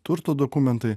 turto dokumentai